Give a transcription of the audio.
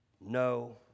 no